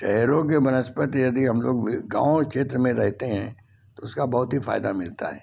शहरों के वनस्पति यदि हम लोग गाँव क्षेत्र में रहते हैं उसका बहुत ही फायदा मिलता है